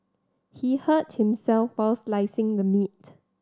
he hurt himself while slicing the meat